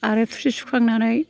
आरो थुरसि सुखांनानै